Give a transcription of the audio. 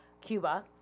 Cuba